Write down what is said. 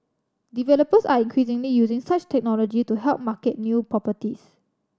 developers are increasingly using such technology to help market new property